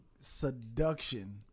seduction